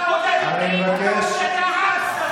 אתה עובד עם שתי הצדדים.